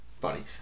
funny